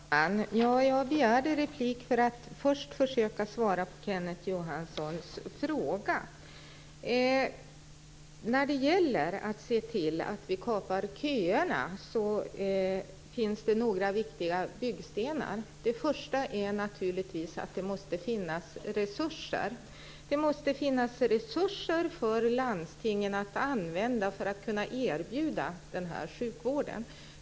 Fru talman! Jag begärde replik för att först försöka svara på Kenneth Johanssons fråga. När det gäller att se till att vi kapar köerna finns det några viktiga byggstenar. Den första är naturligtvis att det måste finnas resurser. Det måste finnas resurser för landstingen att använda för att kunna erbjuda den här sjukvården.